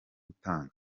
gutanga